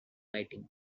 lighting